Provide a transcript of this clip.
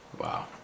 Wow